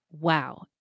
wow